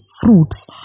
fruits